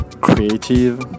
creative